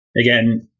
again